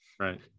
Right